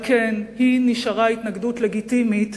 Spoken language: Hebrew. אבל כן, היא נשארה התנגדות לגיטימית